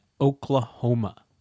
Oklahoma